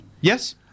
Yes